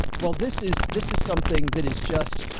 well, this is, this is something that is just,